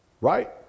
right